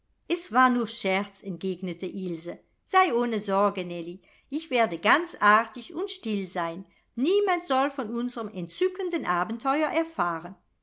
es war nur scherz entgegnete ilse sei ohne sorge nellie ich werde ganz artig und still sein niemand soll von unsrem entzückenden abenteuer erfahren